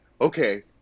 okay